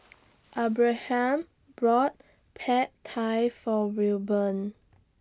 Abraham bought Pad Thai For Wilburn